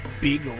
big